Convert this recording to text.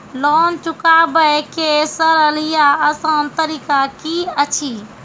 Loan चुकाबै के सरल या आसान तरीका की अछि?